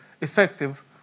effective